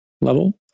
level